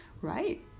Right